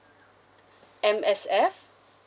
M_S_F